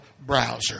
browser